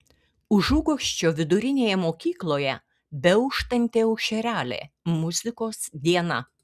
užuguosčio vidurinėje mokykloje beauštanti aušrelė muzikos diena